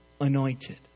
anointed